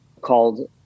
called